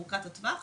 לשכירות ארוכת הטווח